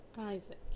Isaac